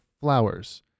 flowers